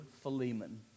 Philemon